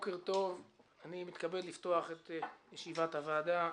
אני מתכבד לפתוח את ישיבת הוועדה.